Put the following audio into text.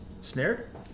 snared